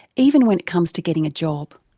even when it comes to getting a job.